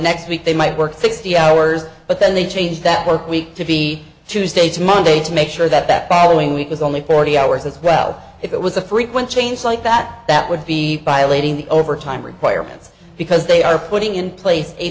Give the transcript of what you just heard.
next week they might work sixty hours but then they change that work week to be tuesdays monday to make sure that that following week was only forty hours as well if it was a frequent change like that that would be violating the overtime requirements because they are putting in place a